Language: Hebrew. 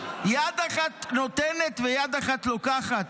יד אחת נותנת ויד אחת לוקחת?